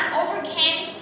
overcame